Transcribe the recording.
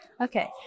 Okay